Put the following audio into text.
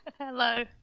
Hello